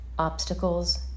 Obstacles